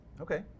Okay